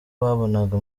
babonaga